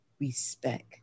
respect